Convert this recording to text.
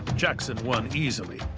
jackson won easily,